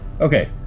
Okay